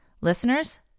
Listeners